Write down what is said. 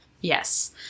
Yes